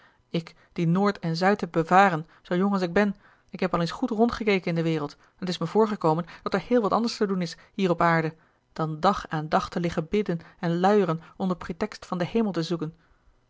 ik die noord en zuid heb bevaren zoo jong als ik ben ik heb al eens goed rondgekeken in de wereld en t is mij voorgekomen dat er heel wat anders te doen is hier op aarde dan dag aan dag te liggen bidden en luieren onder pretext van den hemel te zoeken